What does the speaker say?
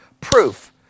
proof